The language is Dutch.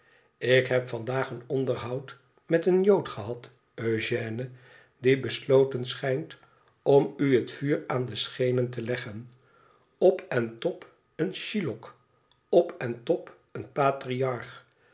ik heb vandaag een onderhoud met een jood gehad eugène die besloten schijnt om u het vuur aan de schenen te leggen op en top een shylock op en top een patriarch